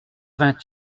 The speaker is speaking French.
vingt